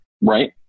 Right